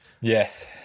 yes